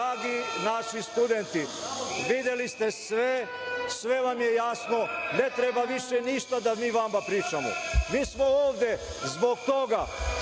Dragi naši studenti, videli ste sve, sve vam je jasno, ne treba ništa više da mi vama pričamo. Mi smo ovde zbog toga